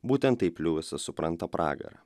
būtent taip liujisas supranta pragarą